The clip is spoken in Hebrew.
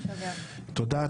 תודה,